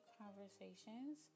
conversations